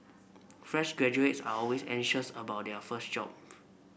fresh graduates are always anxious about their first job